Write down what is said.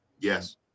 Yes